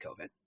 COVID